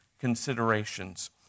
considerations